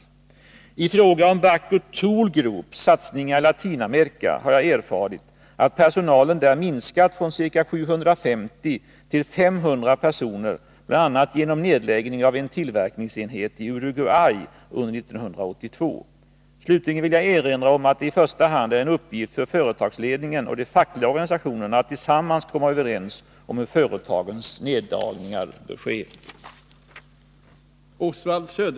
retagen Bahco I fråga om Bahco Tool Groups satsningar i Latinamerika har jag erfarit att och Sandvik personalen där minskat från ca 750 till 500 personer bl.a. genom nedläggning av en tillverkningsenhet i Uruguay under 1982. Slutligen vill jag erinra om att det i första hand är en uppgift för företagsledningen och de fackliga organisationerna att tillsammans komma överens om hur företagens neddragningar bör ske.